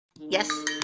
Yes